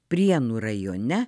prienų rajone